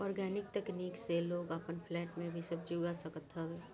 organic तकनीक से लोग अपन फ्लैट में भी सब्जी उगा सकत हवे